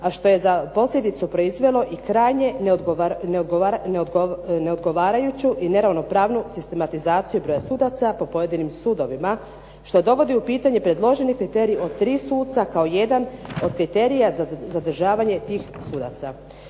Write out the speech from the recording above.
a što je za posljedicu proizvelo i krajnje neodgovarajuću i neravnopravnu sistematizaciju broja sudaca po pojedinim sudovima, što dovodi u pitanje predloženi kriterij od 3 suca kao jedan od kriterija za zadržavanje tih sudova.